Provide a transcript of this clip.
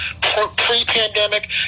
pre-pandemic